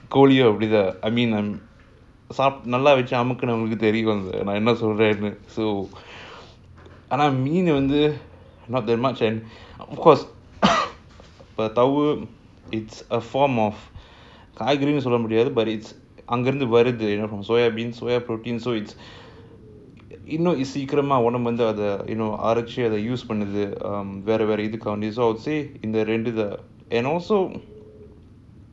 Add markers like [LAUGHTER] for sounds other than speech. கோழியேஅப்டித்தான்:kozhiye apdithan I mean I'm நல்லவச்சிஅமுக்குனவங்களுக்குதெரியும்நான்என்னசொல்றேன்னு:nalla vachi amukunavangaluku therium nan enna solrenu so ஆனாமீனுவந்து:aana meenu vandhu not that much and of course [COUGHS] but tower it's a form of காய்கறின்னுசொல்லமுடியாது:kaaikarinu solla mudiathu soya bean soya protein so it's இவ்ளோசீக்கிரமாஉடம்புவந்துஅரச்சிஅத:ivlo seekirama udambu vandhu arachi adha used பண்ணுது:pannuthu so I would say இந்தரெண்டுதான்:indha renduthan and also